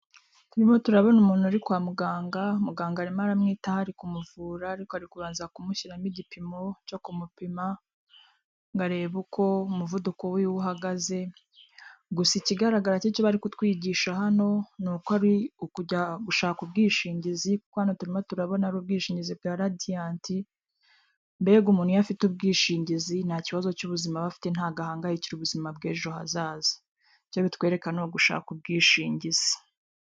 Turimo turabona umuntu uri kwa muganga, muganga arimo aramwitaho ari kumuvura, ariko ari kubanza kumushyiramo igipimo cyo kumupima ngo arebe uko umuvuduko wiwe uhagaze, gusa ikigaragara cyo bari kutwigisha hano, ni uko ari ukujya gushaka ubwishingizi, kuko hano turimo turabona ari ubwishingizi bwa radianti, mbega umuntu iyo afite ubwishingizi, nta kibazo cy'ubuzima aba afite, ntabwo ahangayikira ubuzima bw'ejo hazaza. Icyo bitwereka ni ugushaka ubwishingizi.